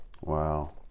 Wow